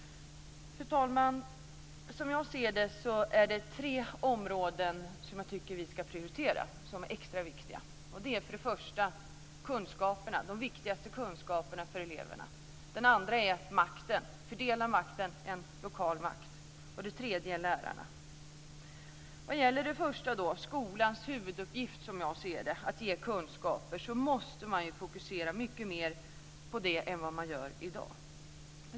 Fru talman! Som jag ser det är det tre områden som vi ska prioritera som extra viktiga. För det första gäller det de viktigaste kunskaperna för eleverna. För det andra gäller det makten, att fördela makten - en lokal makt. För det tredje gäller det lärarna. Vad gäller det första - skolans huvuduppgift, som jag ser det - nämligen att ge kunskaper, så måste man fokusera mycket mer på det än man i dag gör.